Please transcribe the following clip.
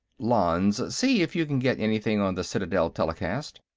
lanze see if you can get anything on the citadel telecast.